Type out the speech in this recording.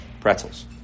Pretzels